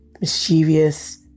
mischievous